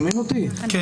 אני